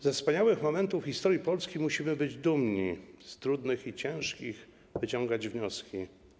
Ze wspaniałych momentów historii Polski musimy być dumni, z trudnych i ciężkich - wyciągać wnioski.